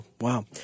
Wow